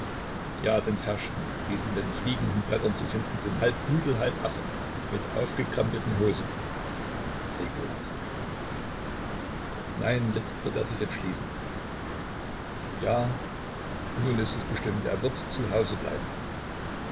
ja den ferschten wie sie in den fliegenden blättern zu finden sind halb pudel halb affe mit aufgekrempelten hosen ekelhaft nein jetzt wird er sich entschließen ja nun ist es bestimmt er wird zu hause bleiben